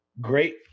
Great